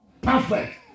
perfect